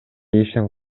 ишин